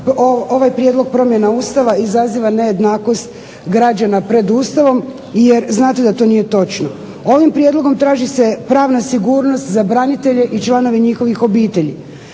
ovaj prijedlog promjene Ustava izaziva nejednakost građana pred Ustavom jer znate da to nije točno. Ovim prijedlogom traži se pravna sigurnost za branitelje i članove njihovih obitelji.